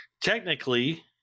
Technically